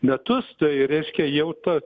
metus tai reiškia jau ta